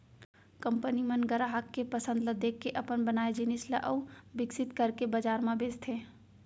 company मन गराहक के पसंद ल देखके अपन बनाए जिनिस ल अउ बिकसित करके बजार म बेचथे